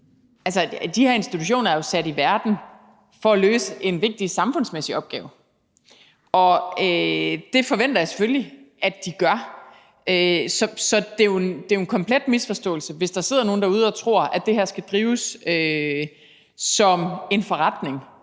Altså, de her institutioner er jo sat i verden for at løse en vigtig samfundsmæssig opgave, og det forventer jeg selvfølgelig at de gør. Så det er jo en komplet misforståelse, hvis der sidder nogle derude og tror, at det her skal drives som en forretning,